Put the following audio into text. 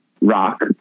rock